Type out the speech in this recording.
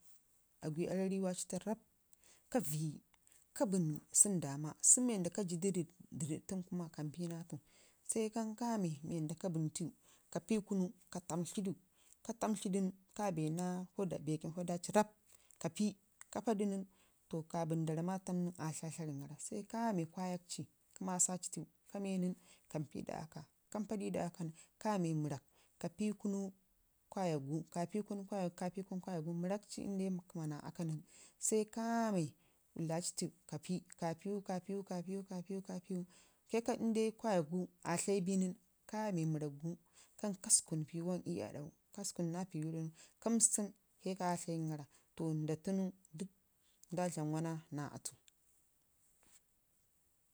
agwdi aarrari waci tunu rrab ka vəyi ka bənnyi sunu dama sunu nui ka jidu ii dərəɗ tunu kuma kampi naa atu sai kan kame wande ka bənnu təw ka pudu ii kunu ka tantlidu, ka tantlidu nən kabena bekin poda ci rrab ka pii ka pada nən kabən nda ram, ma tam nən aa tlaatlawən gara sai kame kwayak ci kə massa tunu kampii ii, aɗa akka kampa du ci aɗa akka nən kame mərrak ka pii ii kunu kwayak gu ka pii kunu kwayak gu ka pii kunu kwayak du, mərrak ci inde kma naa aakkə nən sai kame kwayakgu aa tlai bi nən sai kame mərrak gu ka sukuni piiwu wam ii aɗau ka sukunu naa piiwu wan ii aɗau nən, ka məstən kai ka aa tlən gara to nda tonu dək nda dlam wanna naa atu.